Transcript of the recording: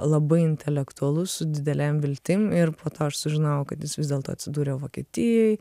labai intelektualus su didelėm viltim ir po to aš sužinojau kad jis vis dėlto atsidūrė vokietijoj